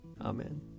Amen